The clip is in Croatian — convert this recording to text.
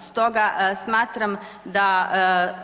Stoga smatram da